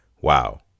Wow